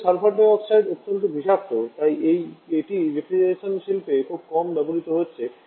তবে sulphur dioxide অত্যন্ত বিষাক্ত তাই এটি রেফ্রিজারেশন শিল্পে খুব কম ব্যবহৃত হয়েছে